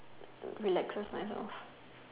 relaxes myself